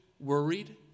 worried